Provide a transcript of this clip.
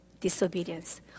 disobedience